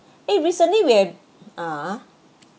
eh recently we have (uh huh)